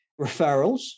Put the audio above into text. referrals